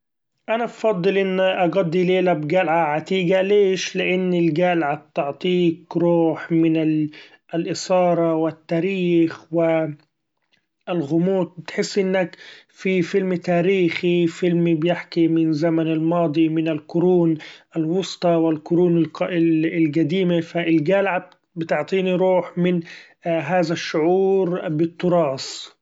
أنا بفضل إني أقضي ليلة بقلعة عتيقة ليش؟ لإني القلعة تعطيك روح من اإاثارة و التاريخ و الغموض، تحس إنك في فيلم تاريخي فيلم بيحكي من زمن الماضي من القرون الوسطي والقرون الق-ال- القديمة، ف القلعة بتعطيني روح من هذا الشعور بالتراث.